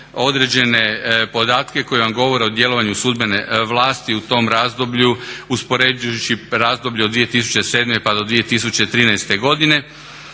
određene podatke koji vam govore o djelovanju sudbene vlasti u tom razdoblju, uspoređujući razdoblje od 2007. pa do 2013. godine